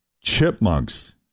chipmunks